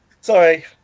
sorry